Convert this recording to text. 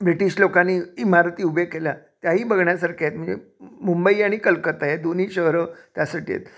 British लोकांनी इमारती उभे केल्या त्याही बघण्यासारख्या आहेत म्हणजे मुंबई आणि कलकत्ता या दोन्ही शहरं त्यासाठी आहेत